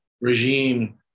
regime